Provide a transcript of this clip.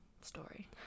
story